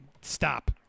stop